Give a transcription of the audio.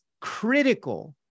critical